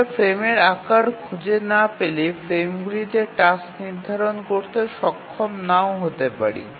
আমরা ফ্রেমের আকার খুঁজে না পেলে ফ্রেমগুলিতে টাস্ক নির্ধারণ করতে সক্ষম নাও হতে পারি